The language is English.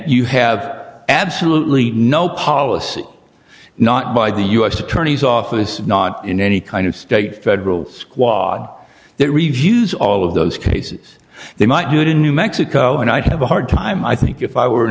you have absolutely no policy not by the u s attorney's office not in any kind of state federal squad that reviews all of those cases they might do it in new mexico and i'd have a hard time i think if i were an